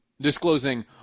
Disclosing